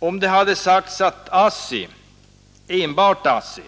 Om det hade sagts att ASSI — enbart ASSI